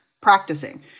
practicing